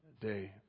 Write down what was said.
day